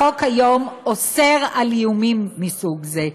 החוק היום אוסר על איומים מסוג זה.